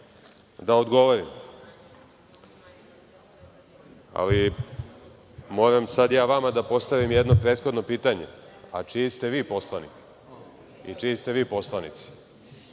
da odgovorim. Moram sada ja vama da postavim jedno prethodno pitanje – čiji ste vi poslanik i čiji ste vi poslanici?